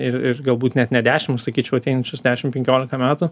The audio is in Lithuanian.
ir ir galbūt net ne dešim o sakyčiau ateinančius dešim penkiolika metų